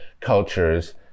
cultures